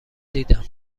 دیدم